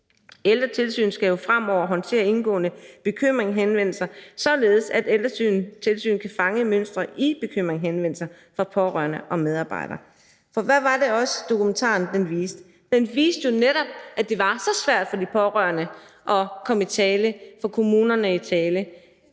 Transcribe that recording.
Ældretilsynet skal jo fremover håndtere indgående bekymringshenvendelser, således at Ældretilsynet kan fange mønstre i bekymringshenvendelser fra pårørende og medarbejdere. For hvad var det også, dokumentaren viste? Den viste jo netop, at det var så svært for de pårørende at få kommunerne i tale,